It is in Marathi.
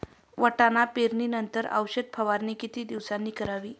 वाटाणा पेरणी नंतर औषध फवारणी किती दिवसांनी करावी?